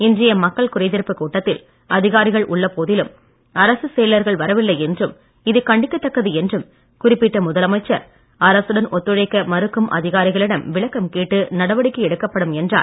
இன்றைய மக்கள் குறைத் தீர்ப்புக் கூட்டத்தில் அதிகாரிகள் உள்ள போதிலும் அரசுச் செயலர்கள் வரவில்லை என்றும் இது கண்டிக்கத்தக்கது என்றும் குறிப்பிட்ட முதலமைச்சர் அரசுடன் ஒத்துழைக்க மறுக்கும் அதிகாரிகளிடம் விளக்கம் கேட்டு நடவடிக்கை எடுக்கப்படும் என்றார்